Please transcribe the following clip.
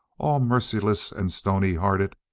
all merciless and stony hearted,